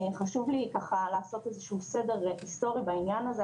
חשוב לי לעשות איזה שהוא סדר היסטורי בעניין הזה.